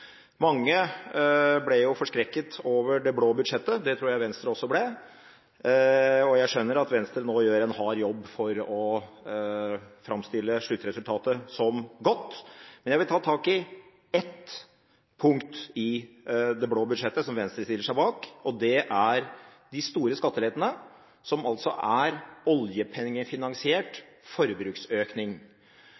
Mange ble forskrekket over det blå budsjettet, det tror jeg Venstre også ble. Jeg skjønner at Venstre nå gjør en hard jobb for å framstille sluttresultatet som godt. Men jeg vil ta tak i ett punkt i det blå budsjettet som Venstre stiller seg bak, og det er de store skattelettene, som altså er oljepengefinansiert